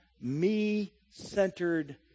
me-centered